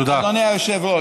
תודה, אדוני היושב-ראש.